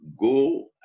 go